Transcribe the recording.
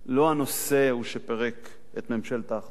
לא הנושא הוא שפירק את ממשלת האחדות,